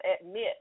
admit